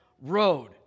road